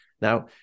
Now